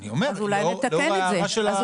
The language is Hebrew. אני אומר, לאור ההערה של היו"ר.